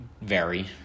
vary